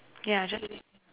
yeah